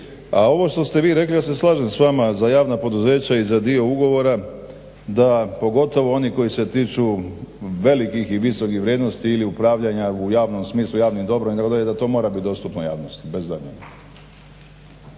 A ovo što ste vi rekli ja se slažem s vama za javna poduzeća i za dio ugovora da pogotovo oni koji se tiču velikih i visokih vrijednosti ili upravljanja u javnom smislu javnim dobrom itd. da to mora biti dostupno javnosti